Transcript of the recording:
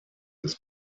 des